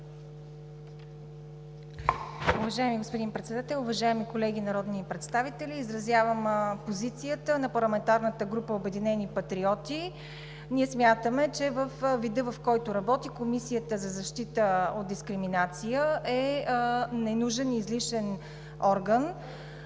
Уважаеми господин Председател, уважаеми колеги народни представители! Изразявам позицията на парламентарната група на „Обединени патриоти“. Ние смятаме, че във вида, в който работи Комисията за защита от дискриминация, е ненужен и излишен орган.